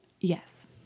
yes